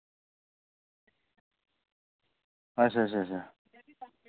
अच्छा अच्छा अच्छा